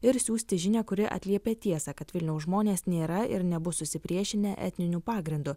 ir siųsti žinią kuri atliepia tiesą kad vilniaus žmonės nėra ir nebus susipriešinę etniniu pagrindu